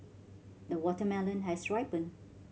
the watermelon has ripened